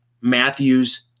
matthews